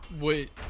Wait